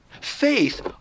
Faith